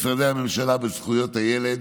ככה פוגעים משרדי הממשלה בזכויות הילד.